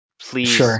Please